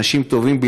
אנשים טובים,